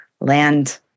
land